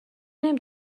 نمی